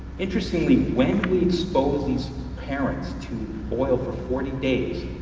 interestingly, when we expose these parents to oil for forty days,